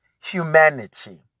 humanity